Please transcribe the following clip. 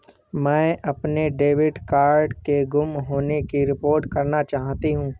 मैं अपने debit card के गुम होने की रिपोर्ट करना चाहती हूँ